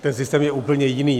Ten systém je úplně jiný.